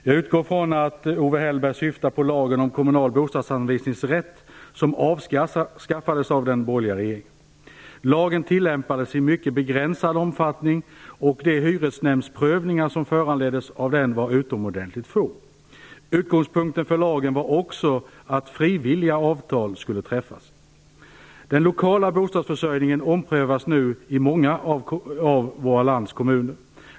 Jag utgår från att Owe Hellberg syftar på lagen om kommunal bostadsanvisningsrätt som avskaffades av den borgerliga regeringen. Lagen tillämpades i mycket begränsad omfattning, och de hyresnämndsprövningar som föranleddes av den var utomordentligt få. Utgångspunkten i lagen var också att frivilliga avtal skulle träffas. Den lokala bostadsförsörjningen omprövas nu i många av vårt lands kommuner.